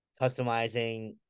customizing